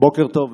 בוקר טוב.